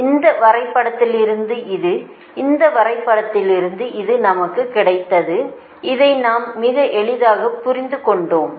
எனவே இந்த வரைபடத்திலிருந்து இது இந்த வரைபடத்திலிருந்து இது நமக்கு கிடைத்தது இதை நாம் மிக எளிதாக புரிந்து கொண்டோம்